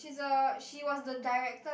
she's a she was a director